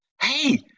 hey